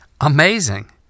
Amazing